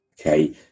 okay